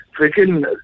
freaking